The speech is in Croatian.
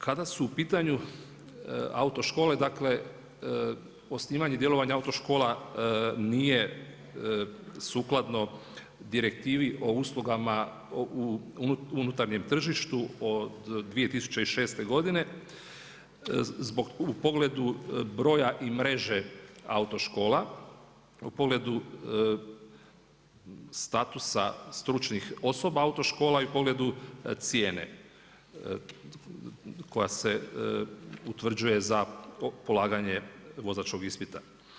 Kada su u pitanju autoškole, dakle, osnivanje djelovanja autoškola, nije sukladno direktivi o uslugama unutarnjem tržištu od 2006. zbog u pogledu broja i mreže autoškola, u pogledu statusa stručnih osoba autoškola i pogledu cijene koja se utvrđuje za polaganje vozačkog ispita.